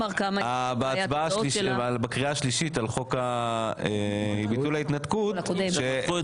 בהצבעה בקריאה שלישית על חוק ביטול ההתנתקות הפכו את